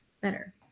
better